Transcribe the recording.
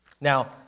Now